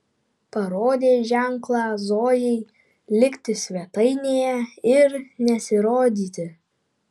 parodė ženklą zojai likti svetainėje ir nesirodyti